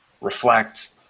reflect